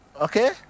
Okay